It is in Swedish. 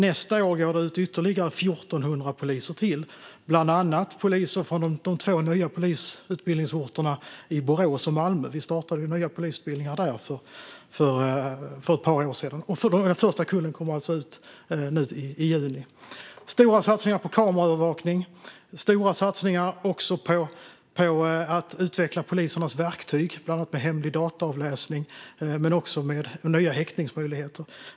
Nästa år går ytterligare 1 400 poliser ut från bland annat de två nya polisutbildningsorterna Borås och Malmö. Vi startade ju nya polisutbildningar där för ett par år sedan. Den första kullen kommer alltså ut i juni. Vi har gjort stora satsningar på kameraövervakning. Vi har också gjort stora satsningar på att utveckla polisernas verktyg, bland annat hemlig dataavläsning liksom nya häktningsmöjligheter.